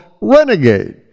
Renegade